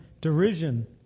derision